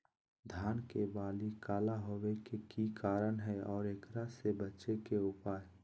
धान के बाली काला होवे के की कारण है और एकरा से बचे के उपाय?